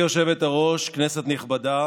גברתי היושבת-ראש, כנסת נכבדה,